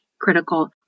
critical